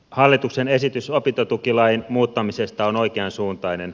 hallituksen esitys opintotukilain muuttamisesta on oikeansuuntainen